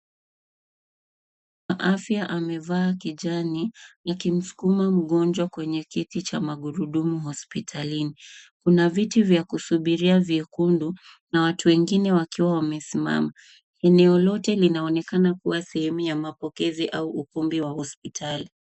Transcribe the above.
Mwanaafya amevaa kijani akimskuma mgonjwa kwenye kiti cha magurudumu hospitalini. Kuna viti vya kusubiria vyekundu na watu wengine wakiwa wamesimama. Eneo lote linaonekana kuwa sehemu ya mapokezi au ukumbi wa hospitali.